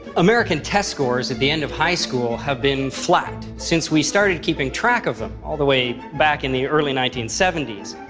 american test scores at the end of high school have been flat since we started keeping track of them all the way back in the early nineteen seventy s,